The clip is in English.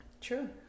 True